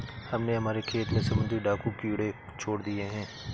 हमने हमारे खेत में समुद्री डाकू कीड़े छोड़ दिए हैं